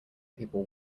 people